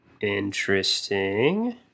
interesting